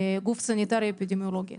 גוף סניטרי אפידמיולוגי.